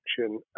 action